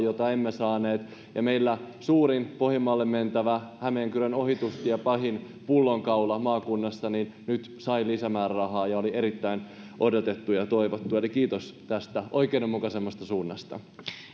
jota emme saaneet meillä maakunnassa suurin pohjanmaalle menevä hämeenkyrön ohitustien pahin pullonkaula sai nyt lisämäärärahaa ja se oli erittäin odotettu ja toivottu eli kiitos tästä oikeudenmukaisemmasta suunnasta